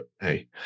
hey